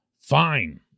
fine